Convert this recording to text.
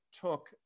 took